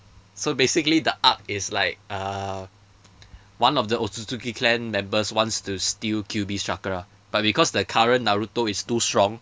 so basically the arc is like uh one of the otsutsuki clan members wants to steal kyuubi's chakra but because the current naruto is too strong